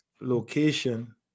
location